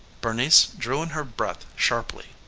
bernice drew in her breath sharply.